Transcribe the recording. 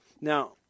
Now